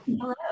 hello